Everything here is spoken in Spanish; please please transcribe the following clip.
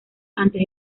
antes